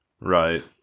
Right